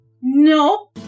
No